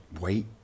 wait